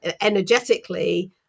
energetically